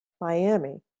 Miami